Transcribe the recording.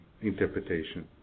interpretation